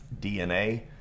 DNA